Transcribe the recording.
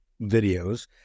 videos